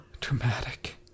Dramatic